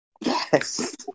Yes